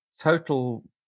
total